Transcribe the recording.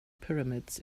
pyramids